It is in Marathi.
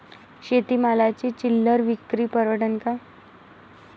शेती मालाची चिल्लर विक्री परवडन का?